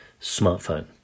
smartphone